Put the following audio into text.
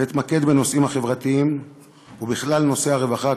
ואתמקד בנושאים החברתיים ובכלל נושאי הרווחה,